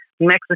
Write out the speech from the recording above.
mexico